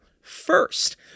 First